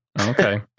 Okay